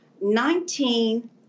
Nineteen